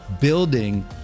building